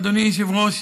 אדוני היושב-ראש,